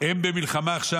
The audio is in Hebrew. --- הם במלחמה עכשיו,